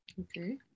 Okay